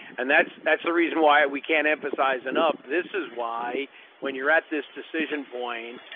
and that's that's the reason why we can't emphasize enough, this is why when you're at this decision point,